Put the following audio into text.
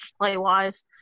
play-wise